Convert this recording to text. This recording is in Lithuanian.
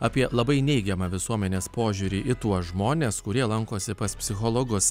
apie labai neigiamą visuomenės požiūrį į tuos žmones kurie lankosi pas psichologus